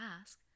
ask